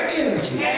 energy